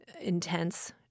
intense